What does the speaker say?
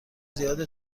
زیاد